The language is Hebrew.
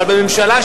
אבל בממשלה,